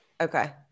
Okay